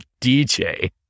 DJ